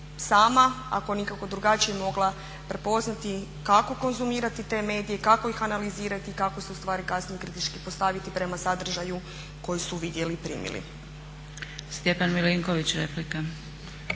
sama ako nikako drugačije mogla prepoznati kako konzumirati te medije, kako ih analizirati i kako se u stvari kasnije kritički postaviti prema sadržaju koji su vidjeli i primili. **Zgrebec, Dragica